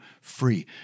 free